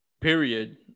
period